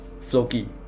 Floki